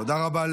תודה רבה.